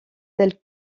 telles